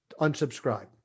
unsubscribe